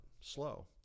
slow